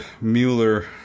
Mueller